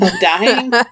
dying